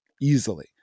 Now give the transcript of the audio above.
easily